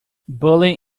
bullying